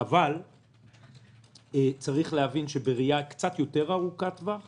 אבל צריך להבין שבראייה קצת יותר ארוכת טווח